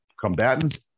combatants